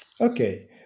Okay